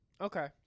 Okay